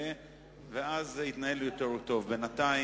תודה רבה.